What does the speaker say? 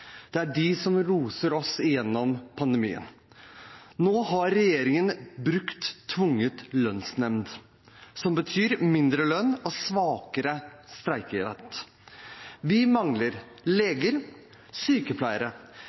Det er de som loser oss gjennom pandemien. Nå har regjeringen brukt tvungen lønnsnemd, som betyr mindre lønn og svakere streikerett. Vi mangler leger, sykepleiere,